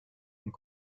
und